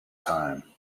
time